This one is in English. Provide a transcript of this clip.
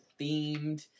themed